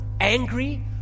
angry